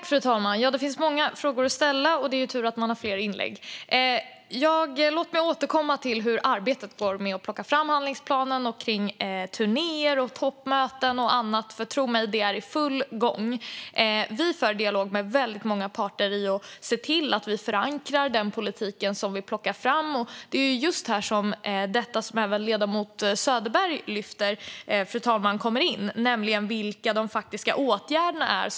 Fru talman! Det finns många frågor att ställa, så det är tur att man har flera inlägg. Låt mig återkomma till hur arbetet går med att ta fram handlingsplanen och med turnéer, toppmöten och annat. Tro mig, det är i full gång. Vi för en dialog med väldigt många parter för att förankra vår politik, och det är här det ledamoten Söderberg tar upp kommer in, nämligen vilka de faktiska åtgärderna är.